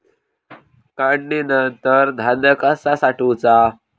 काढणीनंतर धान्य कसा साठवुचा?